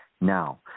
Now